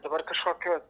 dabar kažkokia